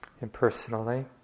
impersonally